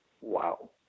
wow